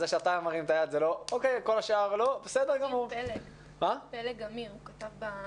פלג אמיר כתב בזום.